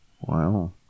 Wow